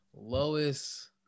Lois